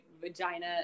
vagina